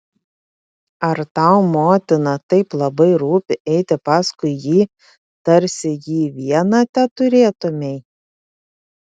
ar tau motina taip labai rūpi eiti paskui jį tarsi jį vieną teturėtumei